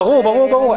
ברור, ברור.